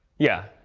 yeah,